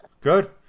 Good